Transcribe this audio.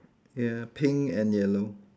ya pink and yellow